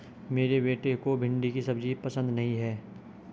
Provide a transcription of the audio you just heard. मेरे बेटे को भिंडी की सब्जी पसंद नहीं है